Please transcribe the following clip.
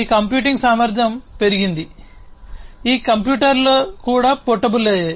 ఈ కంప్యూటింగ్ సామర్థ్యం పెరిగింది మరియు ఈ కంప్యూటర్లు కూడా పోర్టబుల్ అయ్యాయి